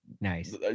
Nice